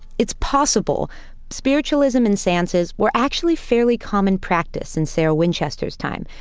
it's possible spiritualism and seances we're actually fairly common practice in sarah winchester's time.